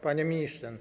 Panie Ministrze!